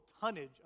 tonnage